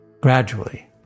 Gradually